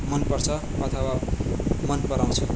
मन पर्छ अथवा मन पराउँछु